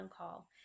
call